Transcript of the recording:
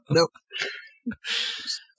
Nope